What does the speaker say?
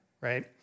right